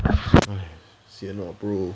sian ah bro